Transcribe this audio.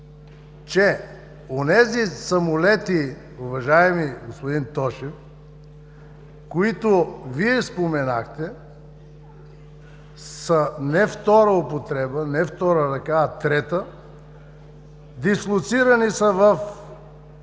онези самолети, уважаеми господин Тошев, които Вие споменахте, са не втора употреба, не втора ръка, а трета, дислоцирани са в